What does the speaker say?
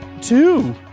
two